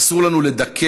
אסור לנו לדכא,